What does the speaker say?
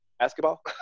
basketball